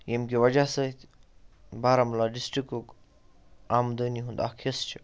ییٚمہِ کہِ وجہ سۭتۍ بارہمُلہ ڈِسٹِرکُک آمدٔنی ہُنٛد اَکھ حِصہٕ چھُ